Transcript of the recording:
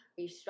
restructure